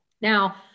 Now